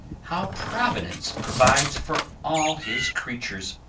how providence provides for all his creatures!